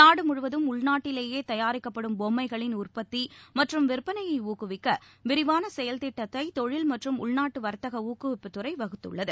நாடு முழுவதும் உள்நாட்டிலேயே தயாரிக்கப்படும் பொம்மைகளின் உற்பத்தி மற்றும் விற்பனையை ஜக்குவிக்க விரிவான செயல்த்திட்டத்தை தொழில் மற்றம் உள்நாட்டு வர்த்தக ஊக்குவிப்புத்துறை வகுத்துள்ளது